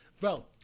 Bro